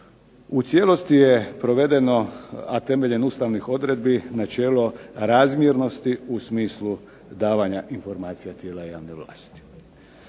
U cijelosti je provedeno, a temeljem ustavnih odredbi načelo razmjernosti u smislu davanja informacija tijela javne vlasti.